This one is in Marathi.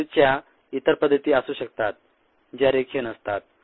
मृत्यूच्या इतर पद्धती असू शकतात ज्या रेखीय नसतात